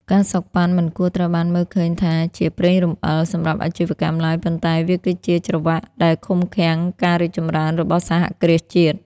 ការសូកប៉ាន់ មិនគួរត្រូវបានមើលឃើញថាជា "ប្រេងរំអិល" សម្រាប់អាជីវកម្មឡើយ ប៉ុន្តែវាគឺជា "ច្រវាក់" ដែលឃុំឃាំងការរីកចម្រើនរបស់សហគ្រាសជាតិ។